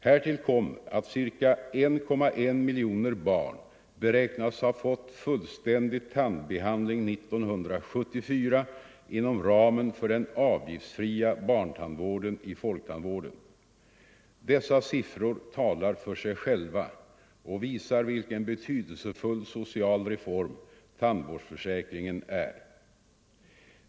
Härtill kommer att ca 1,1 miljoner barn beräknas ha fått fullständig tandbehandling 1974 inom ramen för den avgiftsfria barntandvården i folktandvården. Dessa siffror talar för sig själva och visar vilken betydelsefull social reform tandvårdsförsäkringen är.